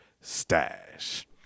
stash